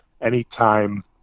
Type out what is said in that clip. Anytime